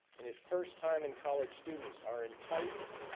and if first time in college students are enticed,